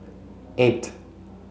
eight